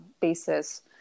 basis